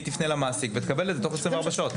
היא תפנה למעסיק ותקבל את זה תוך 24 שעות.